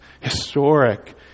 historic